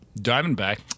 Diamondback